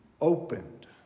opened